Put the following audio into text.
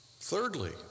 Thirdly